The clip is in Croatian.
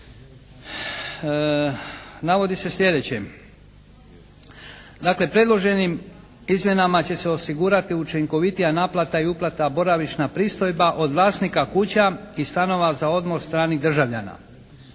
navodi se sljedeće. Dakle, predloženim izmjenama će se osigurati učinkovitija naplata i uplata boravišna pristojba od vlasnika kuća i stanova za odmor stranih državljana.